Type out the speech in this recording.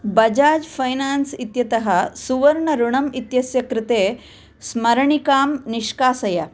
Bajaj finance इत्यतः सुवर्णऋणम् इत्यस्य कृते स्मरणिकां निष्कासय